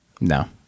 No